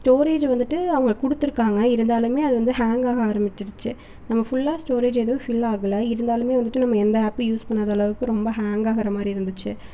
storage வந்துட்டு அவங்க கொடுத்துருக்காங்க இருந்தாலுமே அது வந்து ஹேங் ஆக ஆரமிச்சிடுச்சு நம்ம ஃபுல்லாக ஸ்டோரேஜ் எதுவும் ஃபில் ஆகல இருந்தாலுமே வந்துட்டு நம்ம எந்த ஆப்பு யூஸ் பண்ணாதளவுக்கு ரொம்ப ஹேங் ஆகிற மாதிரி இருந்துச்சு